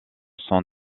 sont